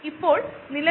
ഇത് എല്ലാം സോളിഡ് ആണ്